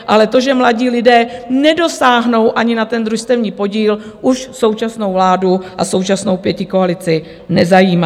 Ale to, že mladí lidé nedosáhnou ani na ten družstevní podíl, už současnou vládu a současnou pětikoalici nezajímá.